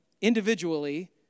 individually